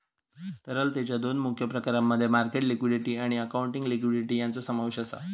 तरलतेच्या दोन मुख्य प्रकारांमध्ये मार्केट लिक्विडिटी आणि अकाउंटिंग लिक्विडिटी यांचो समावेश आसा